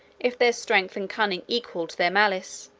if their strength and cunning equalled their malice.